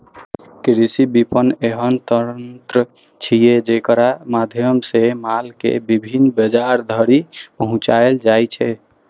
कृषि विपणन एहन तंत्र छियै, जेकरा माध्यम सं माल कें विभिन्न बाजार धरि पहुंचाएल जाइ छै